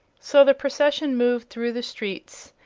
so the procession moved through the streets,